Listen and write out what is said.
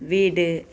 வீடு